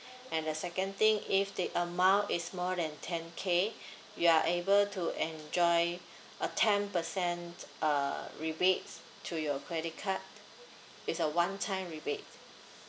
and the second thing if the amount is more than ten k you are able to enjoy a ten percent uh rebates to your credit card it's a one time rebate